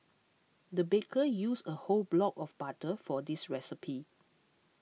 the baker used a whole block of butter for this recipe